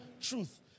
truth